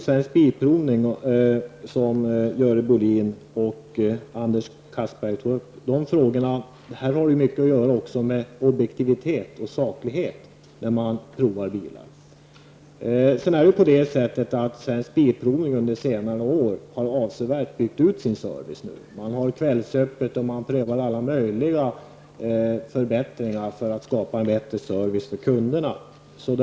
Svensk Bilprovnings provning av bilar. Här har det mycket att göra med objektivitet och saklighet. Svensk Bilprovning har under senare år avsevärt byggt ut sin service. Man har kvällsöppet, och man prövar alla möjliga förbättringar för att skapa en bättre service för kunderna över hela landet.